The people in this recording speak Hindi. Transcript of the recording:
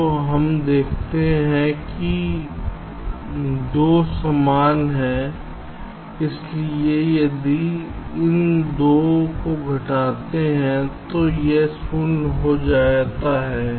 तो हम देखते हैं कि ये 2 समान हैं इसलिए यदि आप इन 2 को घटाते हैं तो यह शून्य हो जाता है